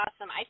awesome